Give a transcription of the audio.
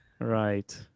Right